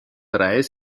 reis